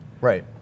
right